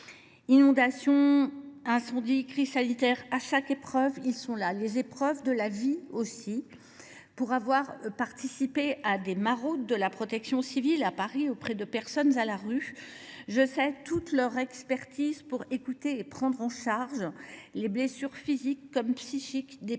inondations, crises sanitaires : à chaque épreuve, ils sont là. Dans les épreuves de la vie, aussi : pour avoir participé à des maraudes de la protection civile, à Paris, auprès de personnes à la rue, je sais toute leur expertise pour écouter et prendre en charge les blessures physiques comme psychiques des plus